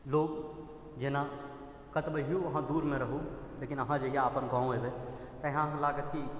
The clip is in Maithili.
लोक जेना कतबो अहाँ दूरमे रहू लेकिन अहाँ जहिआ अपन गाँव अएबै तहिआ लागत की